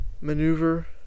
maneuver